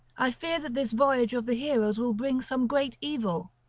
i fear that this voyage of the heroes will bring some great evil.